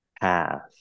path